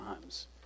times